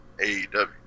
AEW